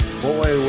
boy